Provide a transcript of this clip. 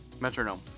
metronome